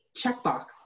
checkbox